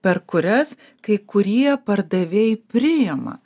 per kurias kai kurie pardavėjai priima